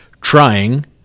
trying